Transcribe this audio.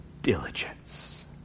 Diligence